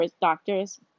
doctors